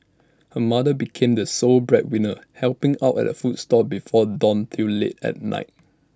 her mother became the sole breadwinner helping out at A food stall before dawn till late at night